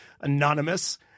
Anonymous